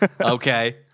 Okay